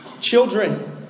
Children